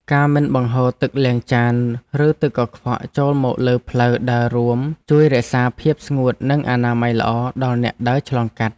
ការមិនបង្ហូរទឹកលាងចានឬទឹកកខ្វក់ចូលមកលើផ្លូវដើររួមជួយរក្សាភាពស្ងួតនិងអនាម័យល្អដល់អ្នកដើរឆ្លងកាត់។